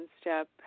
step